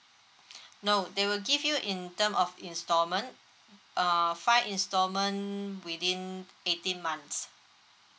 no they will give you in term of installment uh five installment within eighteen months